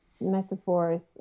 metaphors